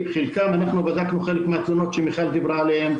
אנחנו בדקנו חלק מהתלונות שמיכל בדקה עליהן,